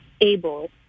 able